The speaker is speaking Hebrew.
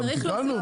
גם תיקנו.